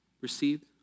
received